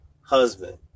husband